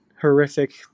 horrific